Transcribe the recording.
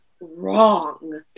wrong